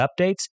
updates